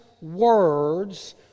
words